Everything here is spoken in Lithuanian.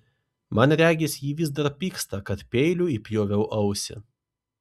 man regis ji vis dar pyksta kad peiliu įpjoviau ausį